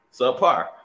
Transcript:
subpar